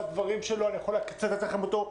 אני יכול לצטט לכם אותו,